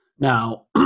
Now